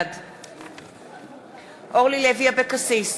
בעד אורלי לוי אבקסיס,